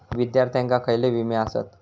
विद्यार्थ्यांका खयले विमे आसत?